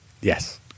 Yes